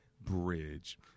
bridge